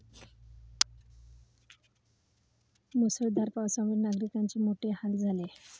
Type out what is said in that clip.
मुसळधार पावसामुळे नागरिकांचे मोठे हाल झाले